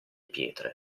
pietre